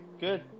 Good